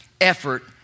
effort